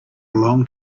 long